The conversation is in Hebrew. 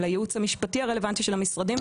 לייעוץ המשפטי הרלוונטי של המשרדים,